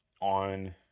On